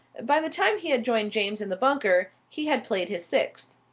by the time he had joined james in the bunker he had played his sixth.